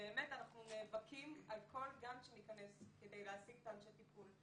שבאמת אנחנו נאבקים על כל גן שניכנס כדי להשיג את אנשי הטיפול,